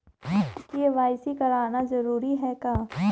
KYC कराना जरूरी है का?